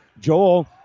Joel